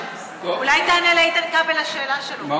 אולי תענה לאיתן כבל על השאלה שלו: מה